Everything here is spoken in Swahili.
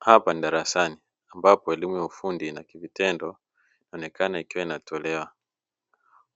Hapa ni darasani, ambapo elimu ya ufundi na vitendo inaonekana ikiwa inatolewa,